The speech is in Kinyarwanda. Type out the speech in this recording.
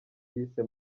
yise